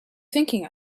thinking